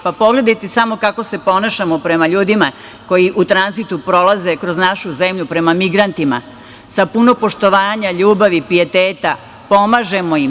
Pa, pogledajte samo kako se ponašamo prema ljudima koji u tranzitu prolaze kroz našu zemlju, prema migrantima, sa puno poštovanja, ljubavi, pijeteta, pomažemo im.